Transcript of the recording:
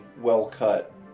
well-cut